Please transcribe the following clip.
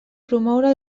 promoure